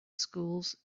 schools